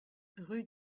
rue